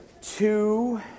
two